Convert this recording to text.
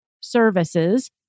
services